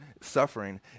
suffering